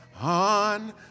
on